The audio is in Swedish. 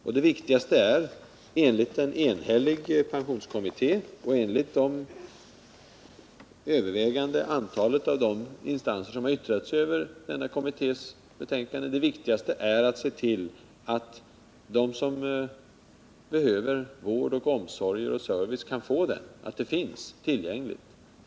Och det viktigaste är enligt en enhällig pensionskommitté och enligt det övervägande antalet av de instanser som har yttrat sig över kommitténs betänkande att se till att det finns omsorger, vård och service tillgängligt för dem som behöver det.